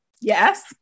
Yes